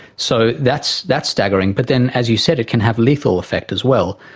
so that's that's staggering. but then, as you said, it can have lethal effect as well.